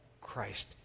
Christ